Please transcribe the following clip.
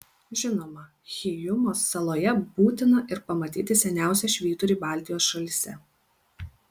žinoma hyjumos saloje būtina ir pamatyti seniausią švyturį baltijos šalyse